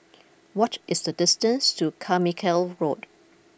what is the distance to Carmichael Road